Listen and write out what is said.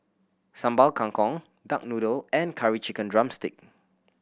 Sambal Kangkong duck noodle and Curry Chicken drumstick